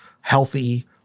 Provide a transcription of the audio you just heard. healthy